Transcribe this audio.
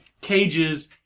cages